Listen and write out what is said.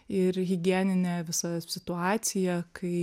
ir higieninė visa situacija kai